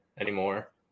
anymore